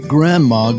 Grandma